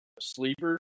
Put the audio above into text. sleeper